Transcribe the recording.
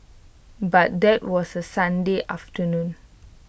but that was A Sunday afternoon